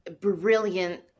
brilliant